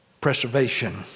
preservation